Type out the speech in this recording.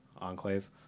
Enclave